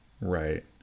Right